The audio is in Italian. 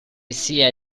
sia